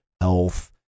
health